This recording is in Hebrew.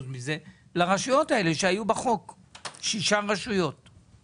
בחוק שמדבר על